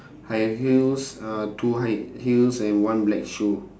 high heels uh two high heels and one black shoe